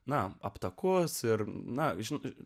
na aptakus ir na žinot